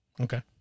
Okay